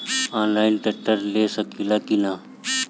Online tractor ले सकीला कि न?